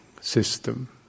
system